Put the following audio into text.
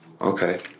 Okay